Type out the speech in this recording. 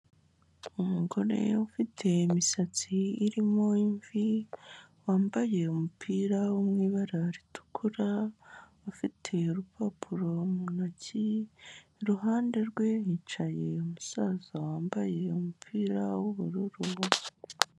Umugore ufite imisatsi irimo imvi, wambaye umupira wo mu ibara ritukura, ufite urupapuro mu ntoki, iruhande rwe hicaye umusaza wambaye umupira w'ubururu.